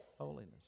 Holiness